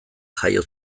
jaio